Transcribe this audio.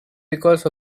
because